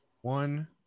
one